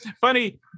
funny